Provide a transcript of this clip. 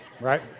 Right